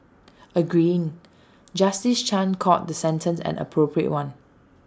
agreeing justice chan called the sentence an appropriate one